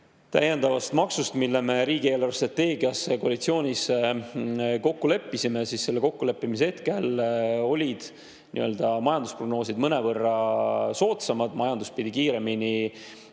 täiendavast maksust, mille me riigi eelarvestrateegia koostamisel koalitsioonis kokku leppisime, siis selle kokkuleppimise hetkel olid majandusprognoosid mõnevõrra soodsamad. Majandus pidi kiiremini